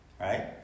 right